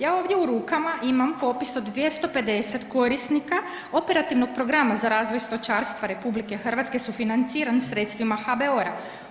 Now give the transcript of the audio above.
Ja ovdje imam popis od 250 korisnika Operativnog programa za razvoj stočarstva RH sufinanciran sredstvima HBOR-a.